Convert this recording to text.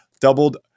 doubled